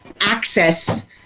access